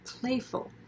playful